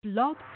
Blog